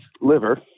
liver